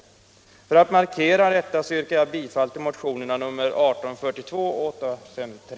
För att markera detta yrkar jag bifall till motionerna nr 1842 och 853.